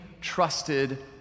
trusted